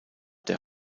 der